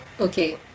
Okay